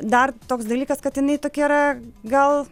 dar toks dalykas kad jinai tokia yra gal